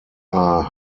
are